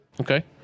Okay